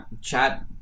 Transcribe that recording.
chat